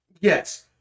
Yes